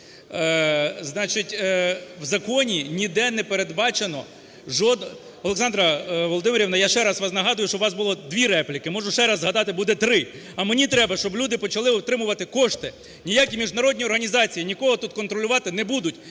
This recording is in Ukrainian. в законі ніде не передбачено... Олександро Володимирівно, я ще раз вам нагадую, що у вас було дві репліки, можу ще раз згадати, буде три. А мені треба, щоб люди почали отримувати кошти. Ніякі міжнародні організації нікого тут контролювати не будуть,